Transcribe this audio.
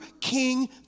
King